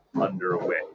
underway